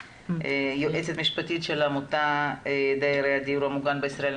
יועצת משפטית של עמותת דיירי הדיור המוגן בישראל.